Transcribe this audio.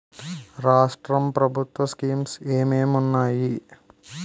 రాష్ట్రం ప్రభుత్వ స్కీమ్స్ ఎం ఎం ఉన్నాయి?